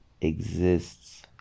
exists